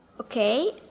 okay